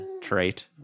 Trait